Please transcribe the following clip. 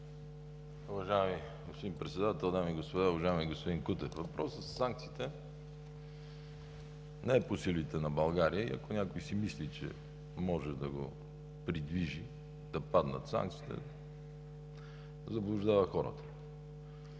Уважаеми господин Председател, дами и господа! Уважаеми господин Кутев, въпросът със санкциите не е по силите на България и ако някой си мисли, че може да го придвижи да паднат санкциите, заблуждава хората.